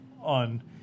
on